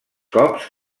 cops